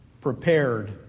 prepared